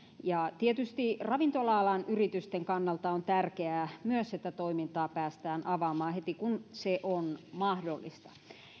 tietysti ravintola alan yritysten kannalta on myös tärkeää että toimintaa päästään avaamaan heti kun se on mahdollista